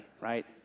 right